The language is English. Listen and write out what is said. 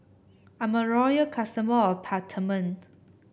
I'm a royal customer of Peptamen